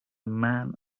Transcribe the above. man